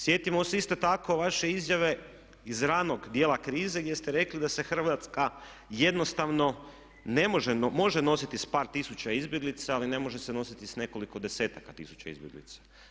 Sjetimo se isto tako vaše izjave iz ranog dijela krize gdje ste rekli da se Hrvatska jednostavno može nositi s par tisuća izbjeglica ali ne može se nositi s nekoliko desetaka tisuća izbjeglica.